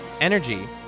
Energy